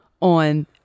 on